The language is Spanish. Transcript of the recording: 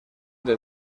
del